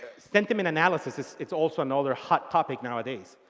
sentiment analysis, it's it's also another hot topic nowadays.